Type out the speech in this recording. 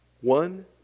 one